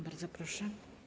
Bardzo proszę.